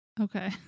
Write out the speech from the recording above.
okay